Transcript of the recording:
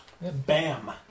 Bam